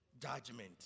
Judgment